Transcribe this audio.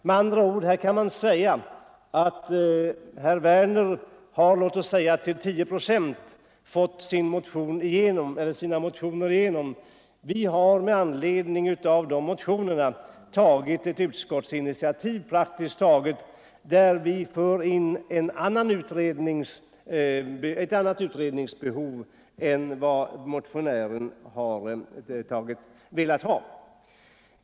Man kan därför säga att herr Werner till ungefär tio procent har fått sina motioner igenom, och vi har med anledning av motionerna tagit ett utskottsinitiativ där vi för in ett annat utredningsbehov än vad motionärerna har aktualiserat.